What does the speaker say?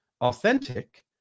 authentic